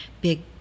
big